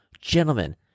gentlemen